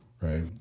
right